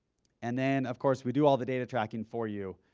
and then, of course, we do all the data tracking for you.